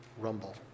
rumble